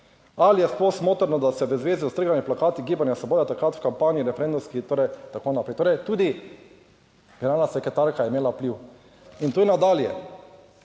ali je sploh smotrno, da se v zvezi s strganimi plakati Gibanja Svoboda takrat v kampanji referendumski," torej tako naprej. Torej tudi generalna sekretarka je imela vpliv. In to je nadalje: